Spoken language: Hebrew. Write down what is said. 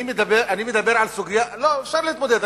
אני מדבר על סוגיה, לא, אפשר להתמודד.